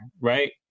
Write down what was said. right